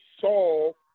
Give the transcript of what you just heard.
Saul